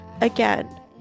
Again